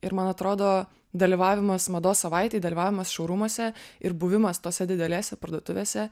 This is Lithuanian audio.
ir man atrodo dalyvavimas mados savaitėj dalyvavimas šou rūmuose ir buvimas tose didelėse parduotuvėse